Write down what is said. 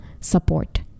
support